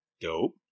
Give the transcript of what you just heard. Dope